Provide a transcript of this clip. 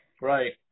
Right